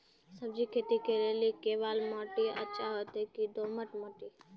सब्जी खेती के लेली केवाल माटी अच्छा होते की दोमट माटी?